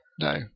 No